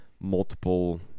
multiple